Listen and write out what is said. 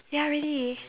ya really